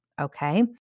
okay